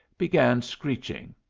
began screeching.